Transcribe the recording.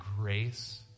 grace